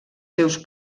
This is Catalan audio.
seus